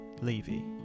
levy